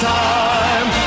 time